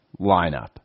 lineup